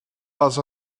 les